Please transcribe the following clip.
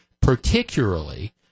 Particularly